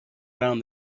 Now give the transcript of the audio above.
found